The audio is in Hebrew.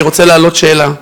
אני רוצה להעלות שאלה: